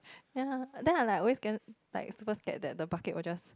ya then I like always get like super scared that the bucket will just